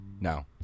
No